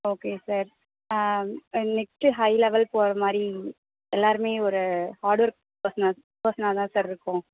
okay sir next high level போகிற மாதிரி எல்லோருமே ஒரு ஹார்டு ஒர்க் பேர்சனாக பேர்சனாக தான் சார் இருக்கோம்